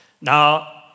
Now